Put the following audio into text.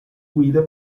guida